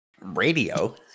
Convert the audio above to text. Radio